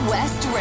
West